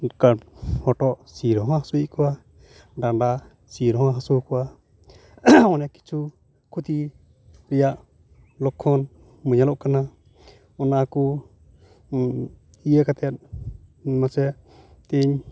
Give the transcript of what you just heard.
ᱦᱚᱴᱚᱜ ᱥᱤᱨ ᱦᱚ ᱦᱟᱹᱥᱩᱭᱮᱫ ᱠᱚᱣᱟ ᱰᱟᱸᱰᱟ ᱥᱤᱨ ᱦᱚᱸ ᱦᱟᱹᱥᱩ ᱠᱚᱣᱟ ᱚᱱᱮᱠ ᱠᱤᱪᱷᱩ ᱠᱷᱚᱛᱤ ᱨᱮᱭᱟ ᱞᱚᱠᱠᱷᱚᱱ ᱧᱮᱞᱚ ᱠᱟᱱᱟ ᱩᱱᱟ ᱠᱩ ᱤᱭᱟᱹ ᱠᱟᱛᱮ ᱢᱟᱪᱮ ᱛᱮᱧ